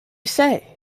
say